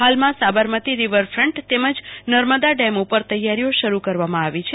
હાલમાં Sabarmati riverfront Narmada dam ઉપર તૈયારીઓ શરૂ કરવામાં આવી છે